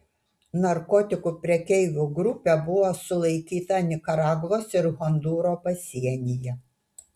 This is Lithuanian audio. narkotikų prekeivų grupė buvo sulaikyta nikaragvos ir hondūro pasienyje